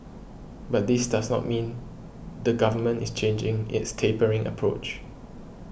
but this does not mean the Government is changing its tapering approach